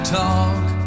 talk